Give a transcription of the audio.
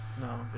no